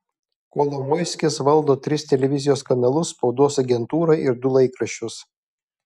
kolomoiskis valdo tris televizijos kanalus spaudos agentūrą ir du laikraščius